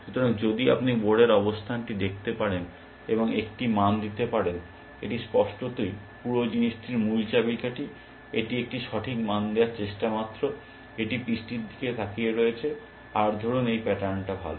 সুতরাং যদি আপনি বোর্ডের অবস্থানটি দেখতে পারেন এবং একটি মান দিতে পারেন এটি স্পষ্টতই পুরো জিনিসটির মূল চাবিকাঠি এবং এটি একটি সঠিক মান দেওয়ার চেষ্টা মাত্র এটি পিস টির দিকে তাকিয়ে রয়েছে আর ধরুন এই প্যাটার্নটা ভাল